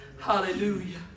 Hallelujah